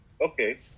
okay